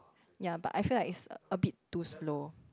ya but I feel like it's a bit too slow